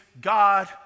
God